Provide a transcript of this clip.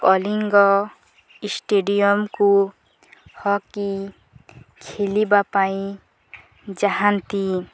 କଲିଙ୍ଗ ଷ୍ଟାଡ଼ିୟମକୁ ହକି ଖେଲିବା ପାଇଁ ଯାଆନ୍ତି